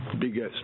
biggest